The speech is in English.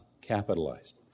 capitalized